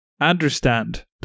understand